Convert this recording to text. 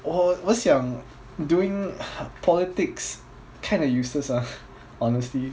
我我想 doing politics kinda useless ah honestly